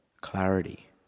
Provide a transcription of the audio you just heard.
clarity